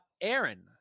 Aaron